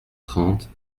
trente